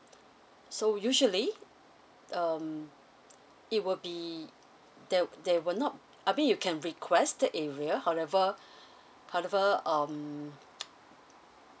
so usually um it will be there there will not I mean you can request the area however however um